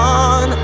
on